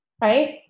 Right